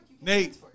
Nate